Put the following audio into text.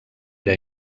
era